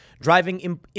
driving